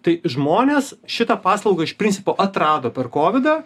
tai žmonės šitą paslaugą iš principo atrado per kovidą